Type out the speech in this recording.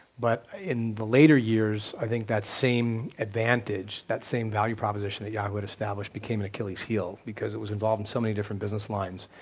but in the later years i think that same advantage, that same value proposition that yahoo had established became an achilles's heel because it was involved in so many different business lines.